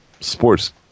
sports